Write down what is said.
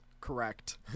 Correct